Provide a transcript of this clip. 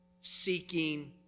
seeking